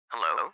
Hello